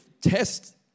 test